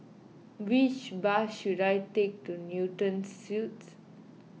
which bus should I take to Newton Suites